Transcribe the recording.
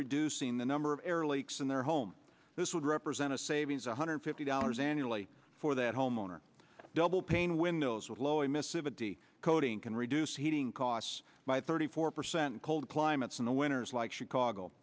reducing the number of air leaks in their home this would represent a savings one hundred fifty dollars annually for that homeowner double pane windows with lower mississippi coating can reduce heating costs by thirty four percent cold climates and winners like chicago